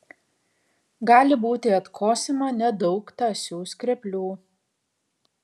gali būti atkosima nedaug tąsių skreplių